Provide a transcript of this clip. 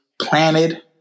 planted